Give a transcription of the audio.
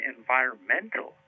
Environmental